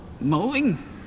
Mowing